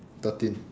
thirteen